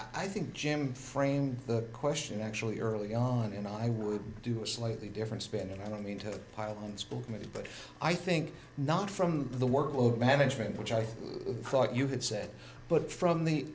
i think jim framed the question actually early on and i would do a slightly different spin and i don't mean to pile on school but i think not from the workload management which i thought you had said but from the